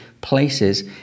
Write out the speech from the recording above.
places